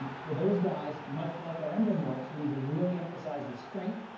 for those guys, much like our endomorphs, we need to really emphasize the strength.